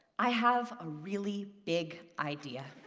i have a really big idea.